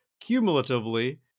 cumulatively